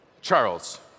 Charles